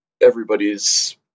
everybody's